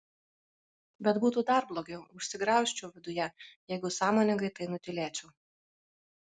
bet būtų dar blogiau užsigraužčiau viduje jeigu sąmoningai tai nutylėčiau